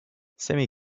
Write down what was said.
sammy